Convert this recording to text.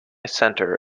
center